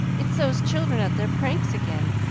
it's those children at their pranks again.